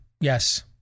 Yes